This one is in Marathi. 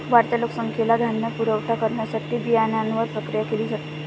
वाढत्या लोकसंख्येला धान्य पुरवठा करण्यासाठी बियाण्यांवर प्रक्रिया केली जाते